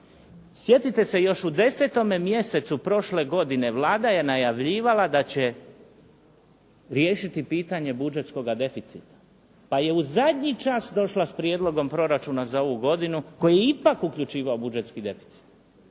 Sjetite se još u 10. mjesecu prošle godine Vlada je najavljivala da će riješiti pitanje budžetskoga deficita pa je u zadnji čas došla s prijedlogom proračuna za ovu godinu koji je ipak uključivao budžetski deficit.